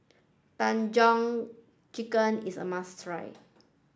Tandoori Chicken is a must try